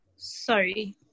Sorry